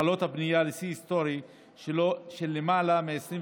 התחלות הבנייה לשיא היסטורי של למעלה מ-25